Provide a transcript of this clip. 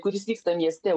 kuris vyksta mieste